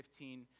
15